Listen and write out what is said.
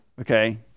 Okay